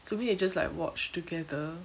to me they just like watch together